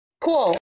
Cool